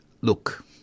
look